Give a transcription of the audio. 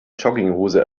jogginghose